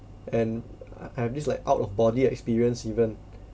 and I I have this like out of body experience even